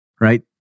right